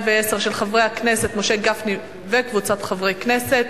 חברי חברי הכנסת,